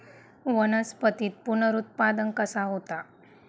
वनस्पतीत पुनरुत्पादन कसा होता?